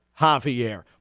Javier